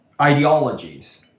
Ideologies